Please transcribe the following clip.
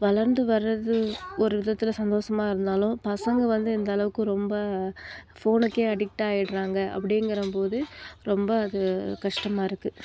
வளர்ந்து வர்றது ஒரு விதத்தில் சந்தோஷமாக இருந்தாலும் பசங்க வந்து இந்தளவுக்கு ரொம்ப ஃபோனுக்கே அடிக்ட் ஆயிடுறாங்க அப்படிங்கிறம்போது ரொம்ப அது கஷ்டமாக இருக்குது